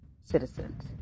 citizens